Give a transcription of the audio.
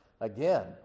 Again